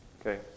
okay